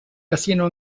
casino